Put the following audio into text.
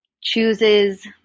chooses